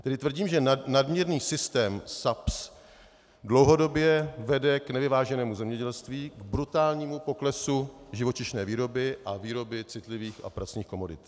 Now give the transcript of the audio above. Tedy tvrdím, že nadměrný systém SAPS dlouhodobě vede k nevyváženému zemědělství, k brutálnímu poklesu živočišné výroby a výroby citlivých a pracných komodit.